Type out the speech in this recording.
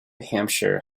hampshire